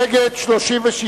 נגד, 36,